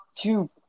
two